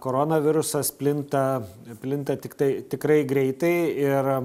koronavirusas plinta plinta tiktai tikrai greitai ir